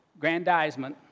grandizement